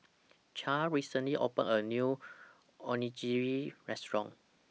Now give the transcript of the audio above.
Clair recently opened A New Onigiri Restaurant